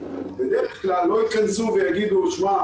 בדרך כלל ההורים לא יתכנסו ויגידו: שמע,